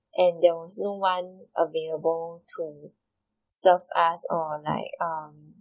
and there was no one available to serve us or like um